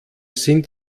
sind